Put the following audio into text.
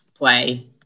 play